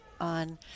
on